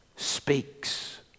speaks